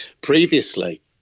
previously